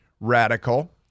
radical